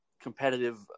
competitive